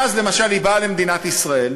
ואז, למשל, היא באה למדינת ישראל,